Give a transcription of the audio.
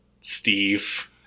Steve